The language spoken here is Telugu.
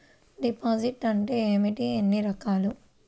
డిపాజిట్ అంటే ఏమిటీ ఎన్ని రకాలు?